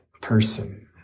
person